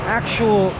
actual